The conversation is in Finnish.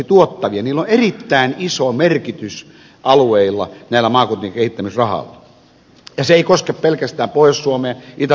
näillä maakuntien kehittämisrahoilla on erittäin iso merkitys alueille ja se ei koske pelkästään pohjois suomea itä suomea